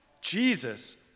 Jesus